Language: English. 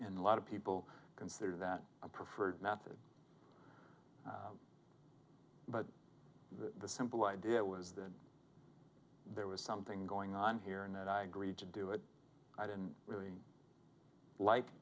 in a lot of people consider that a preferred method but the simple idea was that there was something going on here and i agreed to do it i didn't really like